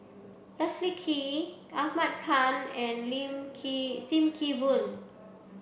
Leslie Kee Ahmad Khan and Sim Kee Boon